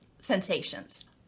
sensations